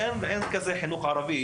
אין כזה דבר בחינוך הערבי,